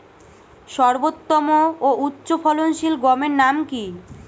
সর্বোত্তম ও উচ্চ ফলনশীল গমের নাম কি?